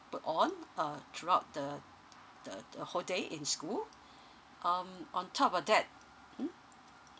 put on uh throughout the t~ the the whole day in school um on top of that mm